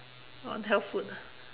on health food ah